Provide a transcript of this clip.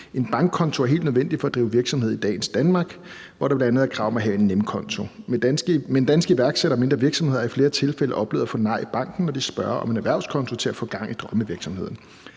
»En bankkonto er helt nødvendig for at drive virksomhed i dagens Danmark, hvor der bl.a. er krav om at have en Nemkonto. Men danske iværksættere og mindre virksomheder har i flere tilfælde oplevet at få nej i banken, når de spørger om en erhvervskonto til at få gang i drømmevirksomheden.